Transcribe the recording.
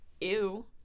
Ew